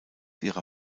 ihrer